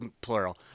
plural